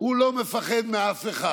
הוא לא מפחד מאף אחד.